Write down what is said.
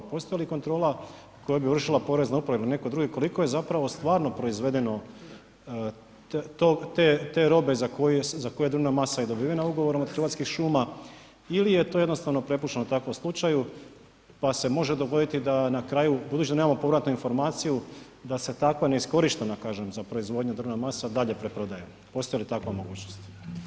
Postoji li kontrola koja bi vršila Porezna uprava ili ne tko drugi, koliko je zapravo te robe za koju je drvna masa i dobivena ugovorom od Hrvatskih šuma ili je to jednostavno prepušteno tako slučaju pa se može dogoditi da na kraju budući da nemamo povratnu informaciju, da se takva neiskorištena kažem za proizvodnju drvna masa dalje preprodaje, postoji li takva mogućnost?